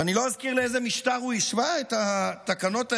ואני לא אזכיר לאיזה משטר הוא השווה את התקנות האלה,